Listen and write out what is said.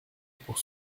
pour